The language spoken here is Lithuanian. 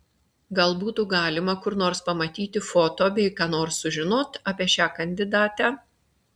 gal butų galima kur nors pamatyt foto bei ką nors sužinot apie šią kandidatę